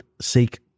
seek